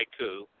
haiku